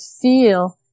feel